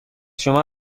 شما